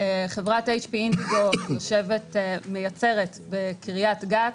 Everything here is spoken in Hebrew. חברת HP אינדיגו מייצרת בקריית גת,